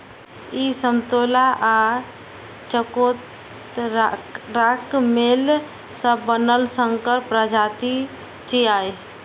ई समतोला आ चकोतराक मेल सं बनल संकर प्रजाति छियै